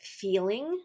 feeling